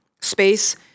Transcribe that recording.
space